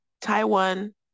Taiwan